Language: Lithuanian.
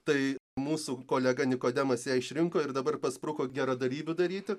tai mūsų kolega nikodemas ją išrinko ir dabar paspruko geradarybių daryti